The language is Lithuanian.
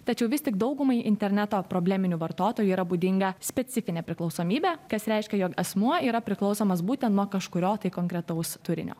tačiau vis tik daugumai interneto probleminių vartotojų yra būdinga specifinė priklausomybė kas reiškia jog asmuo yra priklausomas būtent nuo kažkurio tai konkretaus turinio